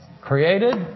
Created